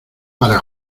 para